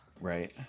Right